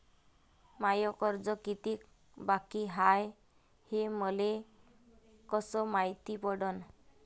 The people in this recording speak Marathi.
माय कर्ज कितीक बाकी हाय, हे मले कस मायती पडन?